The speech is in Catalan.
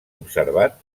observat